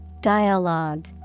Dialogue